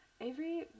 Avery